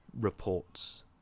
reports